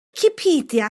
wicipedia